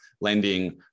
lending